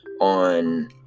on